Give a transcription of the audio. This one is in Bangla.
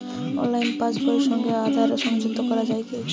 অনলাইনে পাশ বইয়ের সঙ্গে আধার সংযুক্তি করা যায় কি?